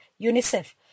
UNICEF